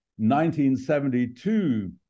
1972